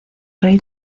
rey